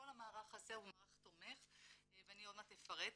כל המערך הזה הוא מערך תומך ועוד מעט אפרט עליו.